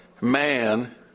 man